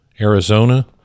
Arizona